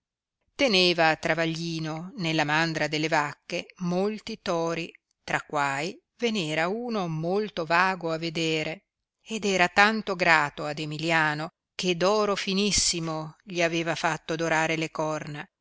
teneva travaglino nella mandra delle vacche molti tori tra quai ve n era uno molto vago a vedere ed era tanto grato ad emilliano che d oro finissimo gli aveva fatto dorare le corna